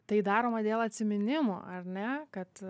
tai daroma dėl atsiminimų ar ne kad